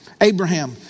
Abraham